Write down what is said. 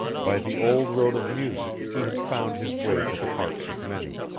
by the old road of music he had found his way to the hearts of many.